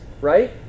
right